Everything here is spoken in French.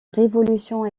révolution